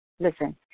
Listen